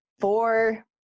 four